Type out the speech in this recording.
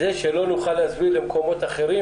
זה שלא נוכל להפנות למקומות אחרים,